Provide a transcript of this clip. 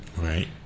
Right